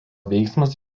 veiksmas